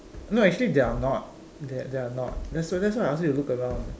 no actually they are not they are not that's that's why I ask you to look around